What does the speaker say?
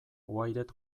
wired